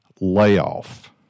layoff